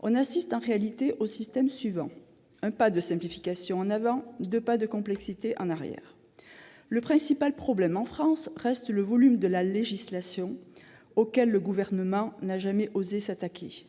On assiste en réalité au mouvement suivant : un pas de simplification en avant, deux pas de complexité en arrière. Le principal problème en France reste le volume de la législation, auquel le Gouvernement n'a jamais osé s'attaquer :